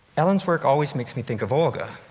ellen's work always makes me think of olga,